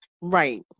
Right